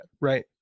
right